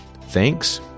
Thanks